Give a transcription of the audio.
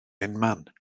unman